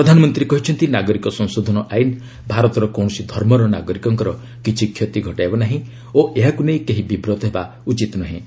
ପ୍ରଧାନମନ୍ତ୍ରୀ କହିଛନ୍ତି ନାଗରିକ ସଂଶୋଧନ ଆଇନ୍ ଭାରତର କୌଣସି ଧର୍ମର ନାଗରିକଙ୍କର କିଛି କ୍ଷତି ଘଟାଇବ ନାହିଁ ଓ ଏହାକୁ ନେଇ କେହି ବିବ୍ରତ ହେବା ଉଚିତ୍ ନୁହେଁ